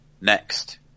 next